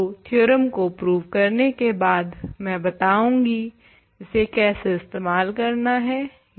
तो थ्योरम को प्रुव करने के बाद मैं बताउंगी इसे कैसे इस्तेमाल करना है